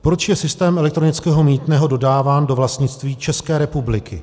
Proč je systém elektronického mýtného dodáván do vlastnictví České republiky?